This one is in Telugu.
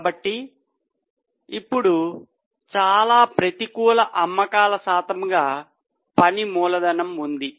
కాబట్టి ఇప్పుడు చాలా ప్రతికూల అమ్మకాల శాతంగా పని మూలధనం ఉంది